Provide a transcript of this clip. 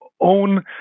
own